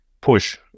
Push